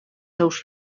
seus